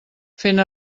fent